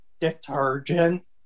detergent